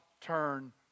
turn